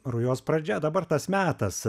rujos pradžia dabar tas metas